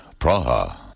Praha